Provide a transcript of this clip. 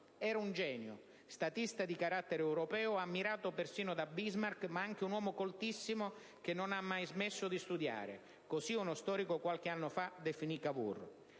«Era un genio, statista di carattere europeo ammirato persino da Bismarck, ma anche un uomo coltissimo che non ha mai smesso di studiare». Così uno storico, qualche anno fa, definì Cavour.